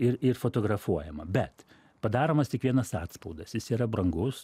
ir ir fotografuojama bet padaromas tik vienas atspaudas jis yra brangus